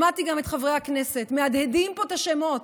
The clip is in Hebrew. שמעתי גם את חברי הכנסת מהדהדים פה את השמות,